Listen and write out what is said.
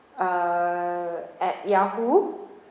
uh at Yahoo